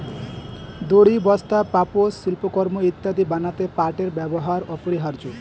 দড়ি, বস্তা, পাপোশ, শিল্পকর্ম ইত্যাদি বানাতে পাটের ব্যবহার অপরিহার্য